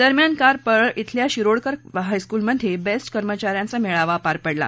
दरम्यान काल परळ इथल्या शिरोडकर हायस्कूलमध्ये बेस्ट कामगारांचा मेळावा पार पडला